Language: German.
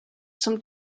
zum